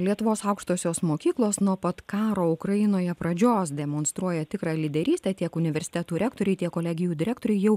lietuvos aukštosios mokyklos nuo pat karo ukrainoje pradžios demonstruoja tikrą lyderystę tiek universitetų rektoriai tiek kolegijų direktoriai jau